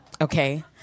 Okay